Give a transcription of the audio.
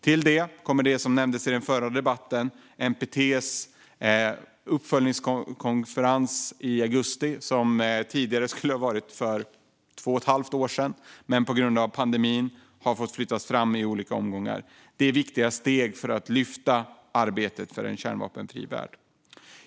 Till det kommer det som nämndes i den förra debatten, nämligen NPT:s uppföljningskonferens i augusti, som skulle ha hållits för två och ett halvt år sedan men som på grund av pandemin har fått flyttas fram i olika omgångar. Dessa konferenser är viktiga steg för att lyfta arbetet för en kärnvapenfri värld.